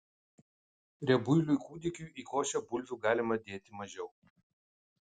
riebuiliui kūdikiui į košę bulvių galima dėti mažiau